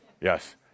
Yes